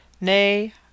Nay